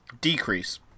Decrease